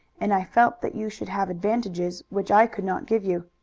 and i felt that you should have advantages which i could not give you.